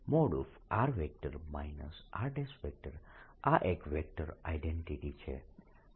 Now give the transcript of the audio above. આ એક vector identity છે